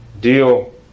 deal